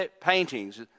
paintings